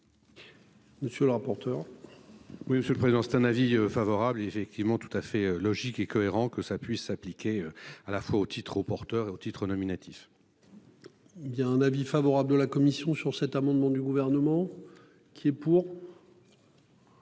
Monsieur le rapporteur.-- Oui, monsieur le Président c'est un avis favorable effectivement tout à fait logique et cohérent que ça puisse s'appliquer à la fois aux titres au porteur et aux titres au nominatif.-- Il y a un avis favorable de la commission sur cet amendement du gouvernement. Qui est pour.